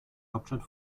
hauptstadt